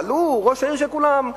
אבל הוא ראש העיר של כולם,